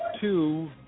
two